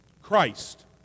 Christ